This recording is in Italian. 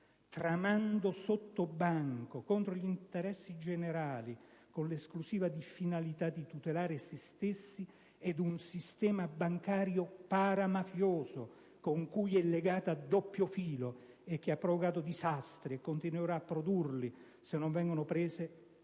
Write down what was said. tramando sottobanco contro gli interessi generali, con l'esclusiva finalità di tutelare se stessa e un sistema bancario paramafioso, cui è legata a doppio filo, e che ha provocato disastri e continuerà a produrli, se non vengono prese